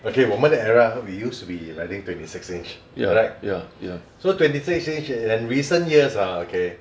okay 我们的 era we used to be I think twenty six inch correct so twenty six inch in recent years ah okay